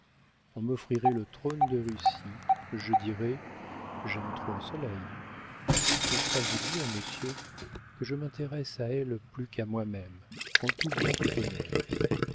on m'offrirait le trône de russie je dirais j'aime trop le soleil n'est-ce pas vous dire monsieur que je m'intéresse à elle plus qu'à moi-même en tout bien tout honneur